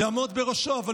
יעמוד בראשו דיין.